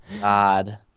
god